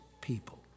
people